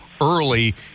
early